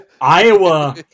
Iowa